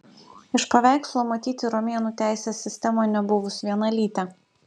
iš paveikslo matyti romėnų teisės sistemą nebuvus vienalytę